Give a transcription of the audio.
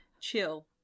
chill